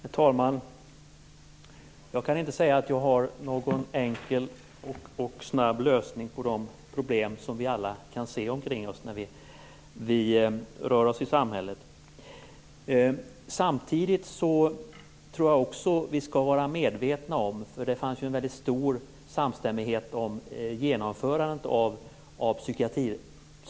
Herr talman! Jag kan inte säga att jag har någon enkel och snabb lösning på de problem som vi alla kan se omkring oss i samhället. Det fanns en stor samstämmighet om genomförandet av psykiatrireformen.